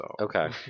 Okay